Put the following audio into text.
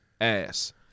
ass